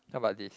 how about this